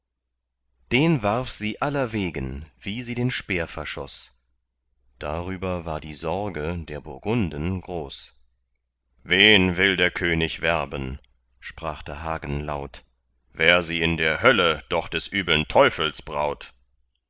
den warf sie allerwegen wie sie den speer verschoß darüber war die sorge der burgunden groß wen will der könig werben sprach da hagen laut wär sie in der hölle doch des übeln teufels braut